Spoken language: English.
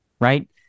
right